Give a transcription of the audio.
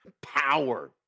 power